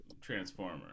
transformer